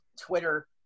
Twitter